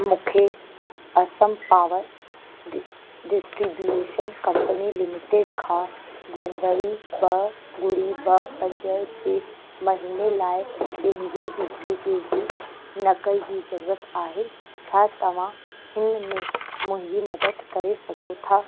मूंखे असम पावर डि distribution company limited खां जनवरी ॿ ॿुड़ी ॿ पंज जे महीने लाइ पंहिंजी बिजली बिल जी नक़ुल जी ज़रूरत आहे छा तव्हां हिन में मुंहिंजी मदद करे सघो था